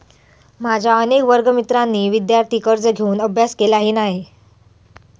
माझ्या अनेक वर्गमित्रांनी विदयार्थी कर्ज घेऊन अभ्यास केलानी हा